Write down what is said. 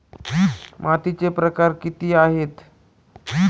मातीचे प्रकार किती आहेत?